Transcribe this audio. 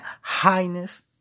highness